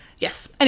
Yes